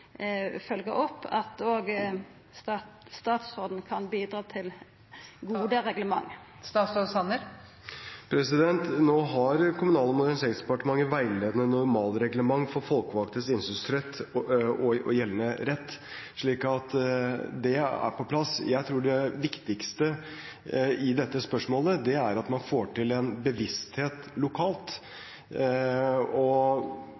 opp, at òg statsråden kan bidra til gode reglement? Nå har Kommunal- og moderniseringsdepartementet veiledende normalreglement for folkevalgtes innsynsrett og gjeldende rett, så det er på plass. Jeg tror det viktigste i dette spørsmålet er at man får en lokal bevissthet rundt dette. Det jeg refererte til i mitt innlegg, nemlig at Kommunal- og